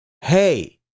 hey